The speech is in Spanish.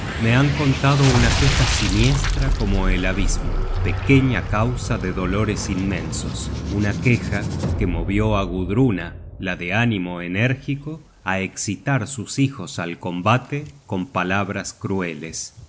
me han contado una queja siniestra como el abismo pequeña causa de dolores inmensos una queja que movió á gudruna la de ánimo enérgico á escitar sus hijos al combate con palabras crueles